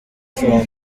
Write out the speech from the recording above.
from